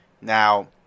Now